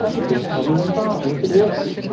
good heavens above! look at this!